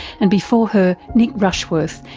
and before her, nick rushworth,